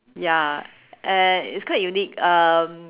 ya and it's quite unique um